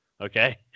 okay